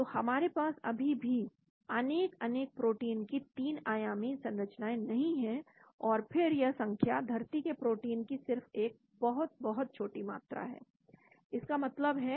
तो हमारे पास अभी भी अनेक अनेक प्रोटीन की 3 आयामी संरचनाएं नहीं है और फिर यह संख्या धरती के प्रोटीन की सिर्फ एक बहुत बहुत छोटी मात्रा है